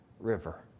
river